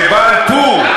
שבעל טור,